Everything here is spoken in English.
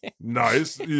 Nice